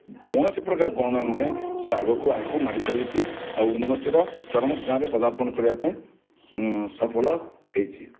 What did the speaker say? କୌଣସି ପ୍ରକାର ଗୌଣ ନୁହେଁ ସେ ଆଗକୁ ଆଗକୁ ମାଡ଼ି ଚାଲିଛି ଆଉ ଉନ୍ନତିର ଚରମ ସୀମାରେ ପଦାର୍ପଣ କରିବା ପାଇଁ ସଫଳ ହେଇଛି